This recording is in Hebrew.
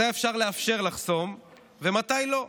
מתי אפשר לאפשר לחסום ומתי לא.